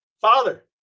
Father